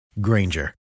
Granger